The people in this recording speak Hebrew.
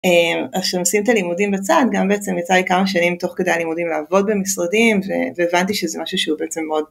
אז כשנשים את הלימודים בצד גם בעצם יצא לי כמה שנים תוך כדי לימודים לעבוד במשרדים והבנתי שזה משהו שהוא בעצם מאוד